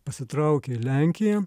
pasitraukė į lenkiją